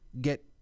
get